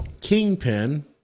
Kingpin